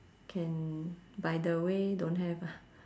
can by the way don't have ah